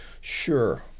Sure